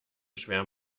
schwer